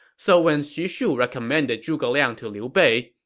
so when xu shu recommended zhuge liang to liu bei,